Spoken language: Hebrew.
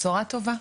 בשורה טובה,